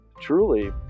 truly